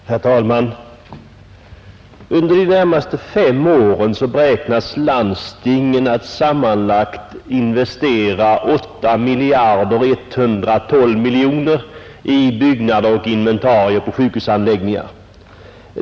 Herr talman! Under de närmaste fem åren beräknas landstingen sammanlagt investera 8 miljarder 112 miljoner i byggnader och inventarier för sjukhusanläggningar.